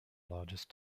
largest